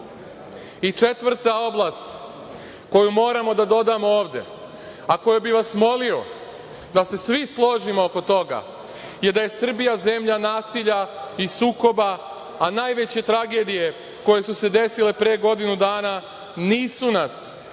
četvrta oblast koju moramo da dodamo ovde, a za koju bih vas molio da se svi složimo oko toga da je Srbija zemlja nasilja i sukoba, a najveće tragedije koje su se desile pre godinu dana nisu nas kao